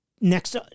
next